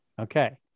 Okay